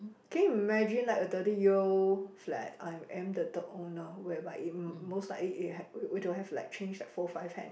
can you imagine like a thirty year old flat I'm am the third owner whereby it most likely it had it it would have like change a four five hand